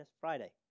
Friday